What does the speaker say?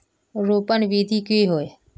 रोपण विधि की होय?